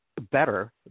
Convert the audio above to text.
better